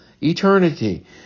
eternity